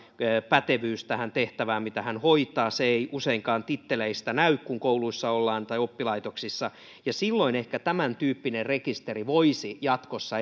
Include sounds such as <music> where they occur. pätevyys tähän tehtävään mitä hän hoitaa se ei useinkaan titteleistä näy kun kouluissa ollaan tai oppilaitoksissa ja silloin ehkä tämäntyyppinen rekisteri voisi jatkossa <unintelligible>